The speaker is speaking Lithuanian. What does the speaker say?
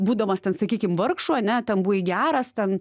būdamas ten sakykim vargšu ane ten buvai geras ten